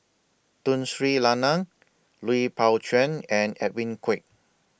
Tun Sri Lanang Lui Pao Chuen and Edwin Koek